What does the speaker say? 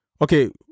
Okay